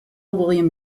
william